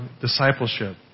discipleship